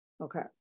Okay